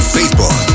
Facebook